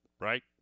right